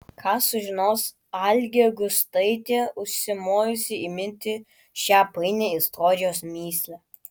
ką sužinos algė gustaitė užsimojusi įminti šią painią istorijos mįslę